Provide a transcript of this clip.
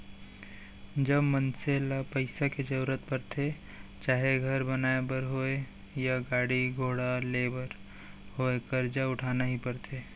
जब मनसे ल पइसा के जरुरत परथे चाहे घर बनाए बर होवय या गाड़ी घोड़ा लेय बर होवय करजा उठाना ही परथे